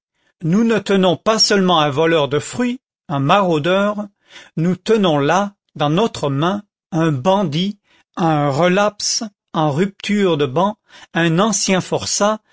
nous ne tenons pas seulement un voleur de fruits un maraudeur nous tenons là dans notre main un bandit un relaps en rupture de ban un ancien forçat